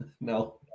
No